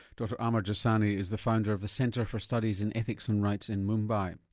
dr amar jesani is the founder of the centre for studies in ethics and rights in mumbai.